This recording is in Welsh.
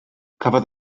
cafodd